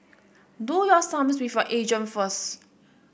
do your sums with your agent first